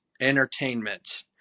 entertainment